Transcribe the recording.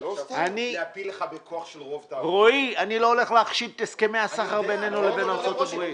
אני לא הולך להכשיל את הסכמי הסחר בינינו לבין ארצות הברית.